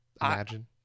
Imagine